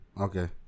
Okay